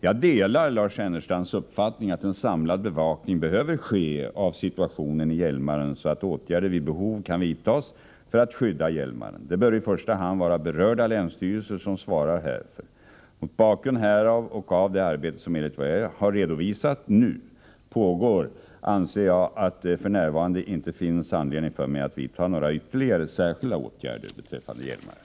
Jag delar Lars Ernestams uppfattning att en samlad bevakning behöver ske avsituationen i Hjälmaren, så att åtgärder vid behov kan vidtas för att skydda Hjälmaren. Det bör i första hand vara berörda länsstyrelser som svarar härför. Mot bakgrund härav och med hänsyn till det arbete som enligt vad jag redovisat nu pågår anser jag att det f. n. inte finns anledning för mig att vidta några ytterligare särskilda åtgärder beträffande Hjälmaren.